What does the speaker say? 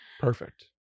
Perfect